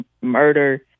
murder